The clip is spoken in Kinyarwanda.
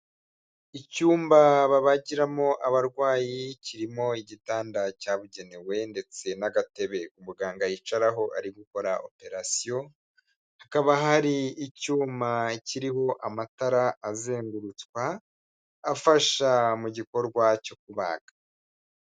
Icyumba babagiramo abarwayi kirimo igitanda cyabugenewe ndetse n'agatebe umuganga yicaraho ari gukora operasiyo, hakaba hari icyuma kiriho amatara azengurutswa afasha mu gikorwa cyo kubaga.